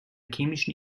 chemischen